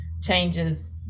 changes